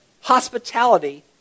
hospitality